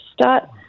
start